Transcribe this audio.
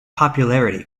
popularity